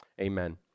Amen